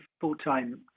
full-time